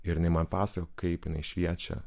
ir jinai man pasakojo kaip jinai šviečia